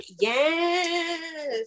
yes